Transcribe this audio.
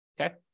okay